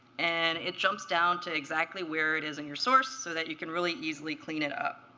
and it jumps down to exactly where it is in your source so that you can really easily clean it up.